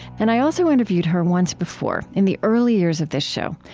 and i also interviewed her once before, in the early years of this show,